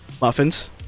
muffins